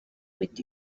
with